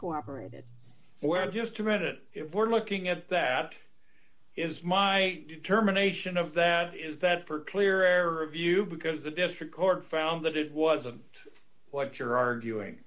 cooperated well just to read it if we're looking at that is my determination of that is that for clear error of you because the district court found that it wasn't what you're arguing